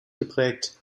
geprägt